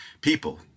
people